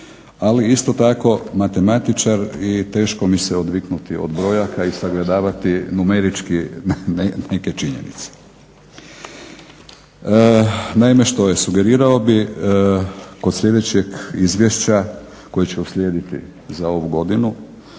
ali isto tako matematičar sam i teško mi se odviknuti od brojki i sagledavati numerički neke činjenice. Naime, što je? Sugerirao bih kod sljedećeg izvješća koje će uslijediti za ovu godinu